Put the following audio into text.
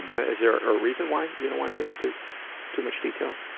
is there a reason why you don't wanna get into too much detail?